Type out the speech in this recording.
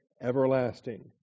everlasting